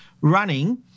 running